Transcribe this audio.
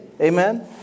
Amen